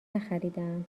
نخریدهام